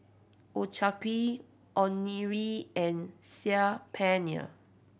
Ochazuke Onigiri and Saag Paneer